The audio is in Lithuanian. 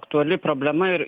aktuali problema ir